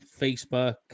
Facebook